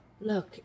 Look